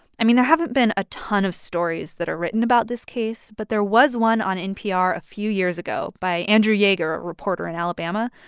i mean, there haven't been a ton of stories that are written about this case, but there was one on npr a few years ago by andrew yeager, a reporter in alabama.